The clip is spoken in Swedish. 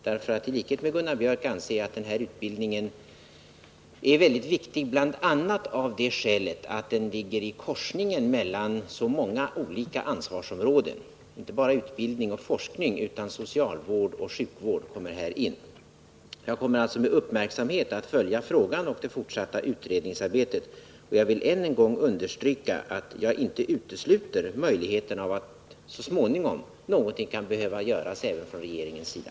I likhet med Gunnar Biörck anser jag att denna utbildning är väldigt viktig, bl.a. av det skälet att den ligger i korsningen mellan så många olika ansvarsområden — inte bara utbildning och forskning, utan socialvård och sjukvård kommer också in här. Jag kommer alltså med uppmärksamhet att följa frågan och det fortsatta utredningsarbetet, och jag vili än en gång understryka att jag inte utesluter möjligheten av att så småningom någonting kan behöva göras även från regeringens sida.